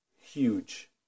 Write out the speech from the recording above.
huge